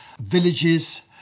villages